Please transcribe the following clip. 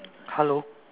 hello